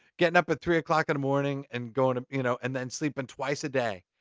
getting up at three o'clock in the morning, and going to, you know, and then sleeping twice a day.